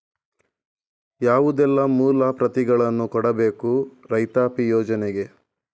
ಯಾವುದೆಲ್ಲ ಮೂಲ ಪ್ರತಿಗಳನ್ನು ಕೊಡಬೇಕು ರೈತಾಪಿ ಯೋಜನೆಗೆ?